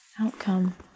outcome